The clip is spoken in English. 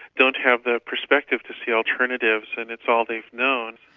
don't have the perspective to see alternatives, and it's all they've known.